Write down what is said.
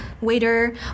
Waiter